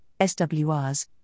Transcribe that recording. SWRs